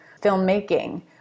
filmmaking